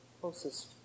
closest